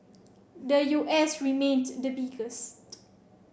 the U S remained the biggest